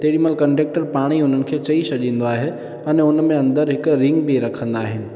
तेॾहिं महिल कंडक्टर पाणेई उन्हनि खे चई छॾींदो आहे अने हुन में अंदरि हिक रिंग बि रखंदा आहिनि